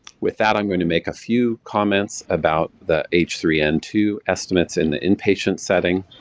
with that, i'm going to make a few comments about the h three n two estimates in the inpatient setting.